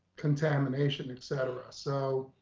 contamination, et cetera. so